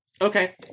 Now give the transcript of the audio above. Okay